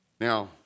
Now